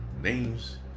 names